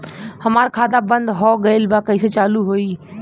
हमार खाता बंद हो गईल बा कैसे चालू होई?